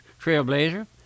trailblazer